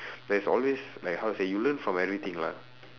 there is always like how to say you learn from everything lah